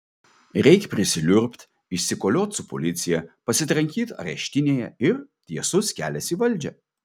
reik prisiliurbt išsikoliot su policija pasitrankyt areštinėje ir tiesus kelias į valdžią